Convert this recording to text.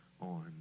on